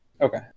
Okay